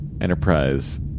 Enterprise